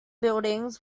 buildings